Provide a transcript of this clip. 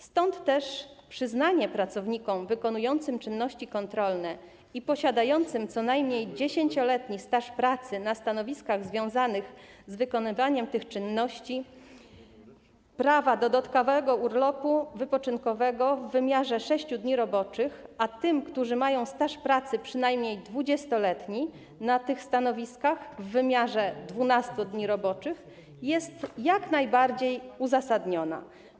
Stąd też przyznanie pracownikom wykonującym czynności kontrolne i posiadającym co najmniej 10-letni staż pracy na stanowiskach związanych z wykonywaniem tych czynności prawa dodatkowego urlopu wypoczynkowego w wymiarze 6 dni roboczych, a tym, którzy mają staż pracy przynajmniej 20-letni na tych stanowiskach - w wymiarze 12 dni roboczych jest jak najbardziej uzasadnione.